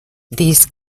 these